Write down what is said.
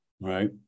right